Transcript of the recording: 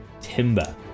Timber